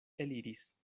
eliris